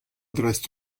dreist